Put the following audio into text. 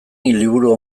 liburu